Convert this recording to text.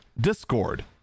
Discord